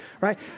right